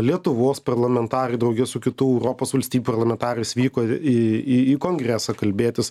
lietuvos parlamentarai drauge su kitų europos valstybių parlamentarais vyko į į į kongresą kalbėtis